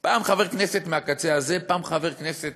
פעם חבר כנסת מהקצה הזה, פעם חבר כנסת